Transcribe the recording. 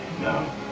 No